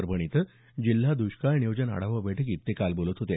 परभणी इथं जिल्हा द्ष्काळ नियोजन आढावा बैठकीत ते काल बोलत होते